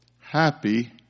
happy